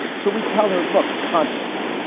so we tell her, look, constance,